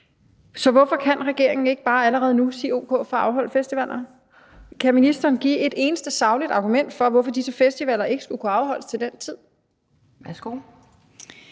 Så hvorfor kan regeringen ikke bare allerede nu sige ok for at afholde festivaler? Kan ministeren give et eneste sagligt argument for, hvorfor disse festivaler ikke skulle kunne afholdes til den tid? Kl.